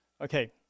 Okay